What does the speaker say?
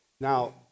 Now